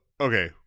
Okay